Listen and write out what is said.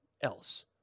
else